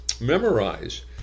Memorize